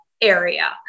area